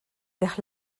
vers